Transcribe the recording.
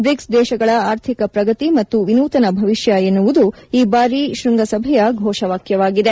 BRICS ದೇಶಗಳ ಆರ್ಥಿಕ ಪ್ರಗತಿ ಮತ್ತು ವಿನೂತನ ಭವಿಷ್ಯ ಎನ್ನುವುದು ಈ ಬಾರಿ ಶ್ಬಂಗಸಭೆಯ ಫೋಷವಾಕ್ಯವಾಗಿದೆ